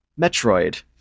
Metroid